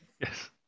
Yes